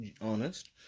honest